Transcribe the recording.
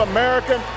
American